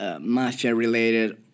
mafia-related